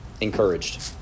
encouraged